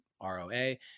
R-O-A